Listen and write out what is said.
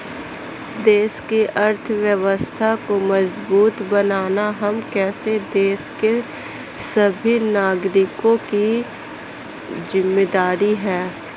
देश की अर्थव्यवस्था को मजबूत बनाना हम जैसे देश के सभी नागरिकों की जिम्मेदारी है